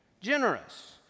generous